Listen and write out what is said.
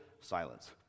silence